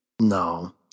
No